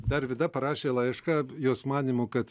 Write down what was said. dar vida parašė laišką jos manymu kad